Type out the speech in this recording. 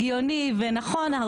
הגיוני ונכון,